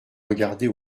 regarder